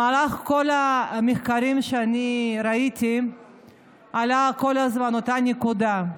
במחקרים שאני ראיתי עלתה כל הזמן אותה נקודה,